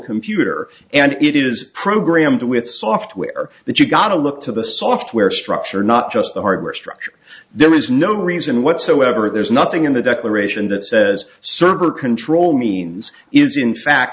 computer and it is programmed with software that you've got to look to the software structure not just the hardware structure there is no reason whatsoever there's nothing in the declaration that says server control means is in fact